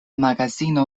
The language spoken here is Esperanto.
magazino